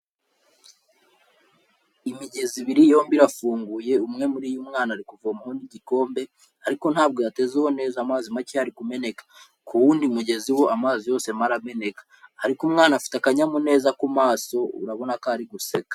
Imigezi ibiri yombi irafunguye, umwe muri yo umwana ari kuvomaho n'igikombe ariko ntabwo yatezeho neza amazi makeya ari kumeneka. Ku wundi mugezi wo amazi yose arimo arameneka ariko umwana afite akanyamuneza ku maso urabona ko ari guseka.